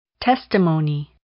Testimony